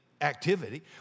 activity